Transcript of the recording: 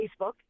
Facebook